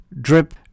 Drip